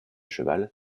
cheval